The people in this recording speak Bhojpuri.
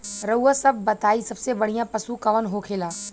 रउआ सभ बताई सबसे बढ़ियां पशु कवन होखेला?